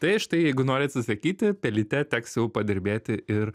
tai štai jeigu nori atsisakyti pelyte teks jau padirbėti ir